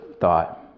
thought